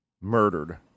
murdered